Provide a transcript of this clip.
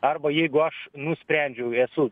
arba jeigu aš nusprendžiu esu